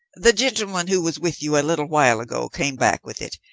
the gentleman who was with you a little while ago came back with it.